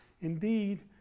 Indeed